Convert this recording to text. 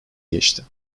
geçti